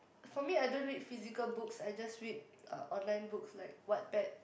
for me I don't read physical books I just read uh online books like Wattpad